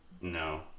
No